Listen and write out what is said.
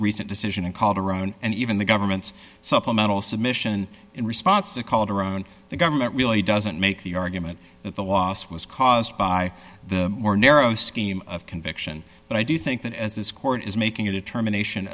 recent decision in calderon and even the government's supplemental submission in response to calderon the government really doesn't make the argument that the loss was caused by the more narrow scheme of conviction but i do think that as this court is making a determination